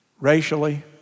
racially